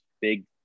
big